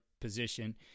position